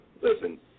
listen